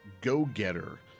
go-getter